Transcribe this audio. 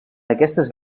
aquestes